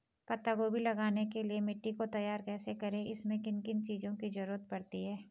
पत्ता गोभी लगाने के लिए मिट्टी को तैयार कैसे करें इसमें किन किन चीज़ों की जरूरत पड़ती है?